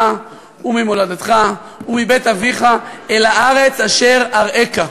וממולדתך ומבית אביך אל הארץ אשר אראך".